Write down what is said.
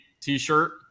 t-shirt